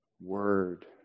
word